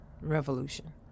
revolution